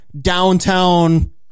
Downtown